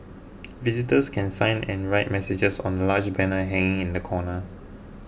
visitors can sign and write messages on a large banner hanging in the corner